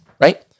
right